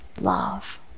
love